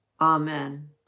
Amen